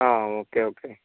ആ okay okay